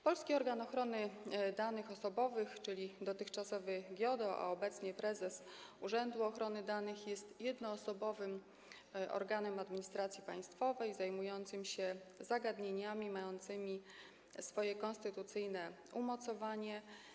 Polski organ ochrony danych osobowych, czyli dotychczasowy GIODO, a obecnie prezes UODO, jest jednoosobowym organem administracji państwowej zajmującym się zagadnieniami mającymi swoje konstytucyjne umocowanie.